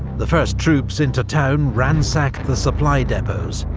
the first troops into town ransacked the supply depots,